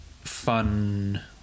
fun